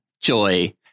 Joy